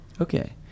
Okay